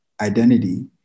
identity